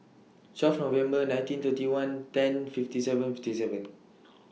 twelve November nineteen thirty one ten fifty seven fifty seven